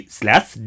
slash